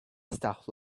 stuff